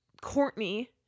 Courtney